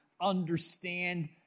understand